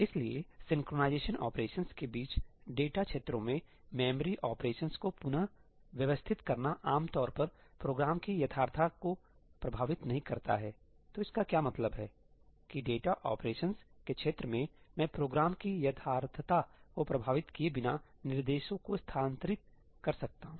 इसलिए synchronisation operations के बीच डेटा क्षेत्रों में मेमोरी ऑपरेशंसको पुन व्यवस्थित करना आमतौर पर प्रोग्रामकी यथार्थता को प्रभावित नहीं करता हैतो इसका क्या मतलब है कि डेटा ऑपरेशंस के क्षेत्र में मैं प्रोग्राम की यथार्थता को प्रभावित किए बिना निर्देशों को स्थानांतरित कर सकता हूं